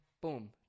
boom